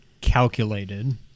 calculated